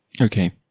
Okay